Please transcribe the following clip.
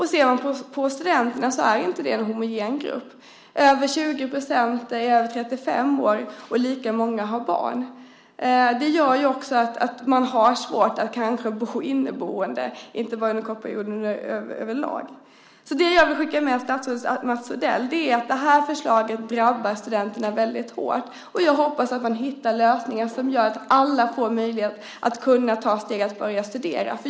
Studenterna är inte en homogen grupp. Mer än 20 % är över 35 år, och lika många har barn. Det gör också att man kanske har svårt att bo inneboende, inte bara en kort period utan överlag. Det jag vill skicka med statsrådet Mats Odell är att det här förslaget drabbar studenterna väldigt hårt. Jag hoppas att man hittar lösningar som gör att alla får möjlighet att ta steget att börja studera.